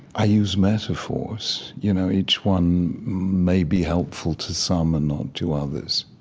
i use metaphors. you know, each one may be helpful to some and not to others.